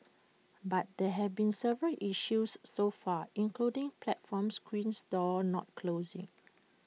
but there have been several issues so far including platform screen doors not closing